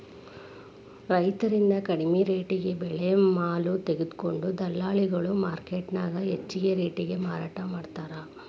ರೈತರಿಂದ ಕಡಿಮಿ ರೆಟೇಗೆ ಬೆಳೆದ ಮಾಲ ತೊಗೊಂಡು ದಲ್ಲಾಳಿಗಳು ಮಾರ್ಕೆಟ್ನ್ಯಾಗ ಹೆಚ್ಚಿಗಿ ರೇಟಿಗೆ ಮಾರಾಟ ಮಾಡ್ತಾರ